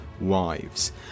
Wives